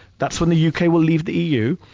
that's when the u. k. will leave the eu,